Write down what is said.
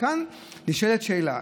כאן נשאלת שאלה.